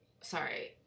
Sorry